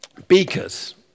Beakers